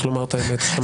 יש לומר את האמת.